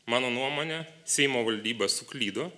mano nuomone seimo valdyba suklydo